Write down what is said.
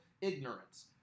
ignorance